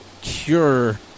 cure –